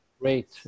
great